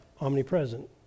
Omnipresent